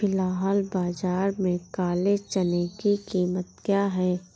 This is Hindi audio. फ़िलहाल बाज़ार में काले चने की कीमत क्या है?